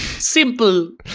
Simple